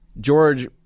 George